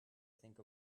think